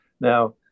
Now